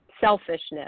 selfishness